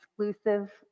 exclusive